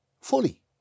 fully